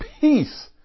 peace